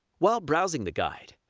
while browsing the guide,